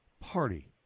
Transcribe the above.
Party